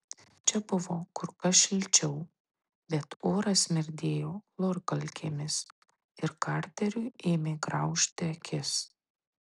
čia buvo kur kas šilčiau bet oras smirdėjo chlorkalkėmis ir karteriui ėmė graužti akis